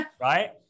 right